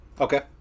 Okay